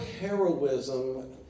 heroism